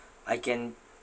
I can